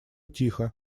тихо